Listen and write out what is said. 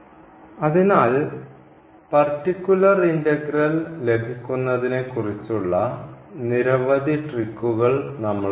അതിനാൽ particular integral ലഭിക്കുന്നതിനെക്കുറിച്ചുള്ള നിരവധി ട്രിക്കുകൾ നമ്മൾ കണ്ടു